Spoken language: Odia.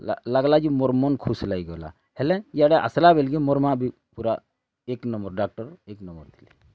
ଲାଗଲା ଯେ ମୋର୍ ମନ୍ ଖୁସ୍ ଲାଗିଗଲା ହେଲେ ଇଆଡ଼େ ଆସଲା ବେଲକେ ମୋର୍ ମାଆ ବି ପୁରା ଏକ୍ ନମ୍ବର୍ ଡ଼ାକ୍ତର୍ ଏକ୍ ନମ୍ବର୍ ଥିଲେ